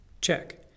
Check